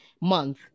month